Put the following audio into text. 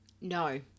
No